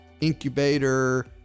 incubator